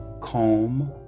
calm